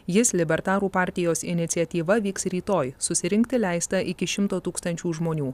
jis libertarų partijos iniciatyva vyks rytoj susirinkti leista iki šimto tūkstančių žmonių